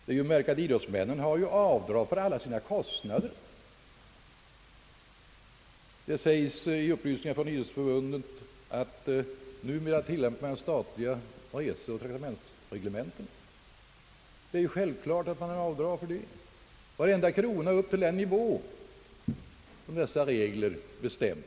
Det är ju att märka att idrottsmännen får göra avdrag för alla sina kostnader. Det sägs i upplysningar från Riksidrottsförbundet att man där numera tillämpar de statliga reseoch traäktamentsreglementena. Det är självklart att avdrag skall få göras för varenda krona upp till den nivå som reglementena bestämmer.